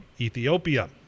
Ethiopia